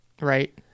right